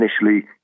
initially